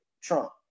Trump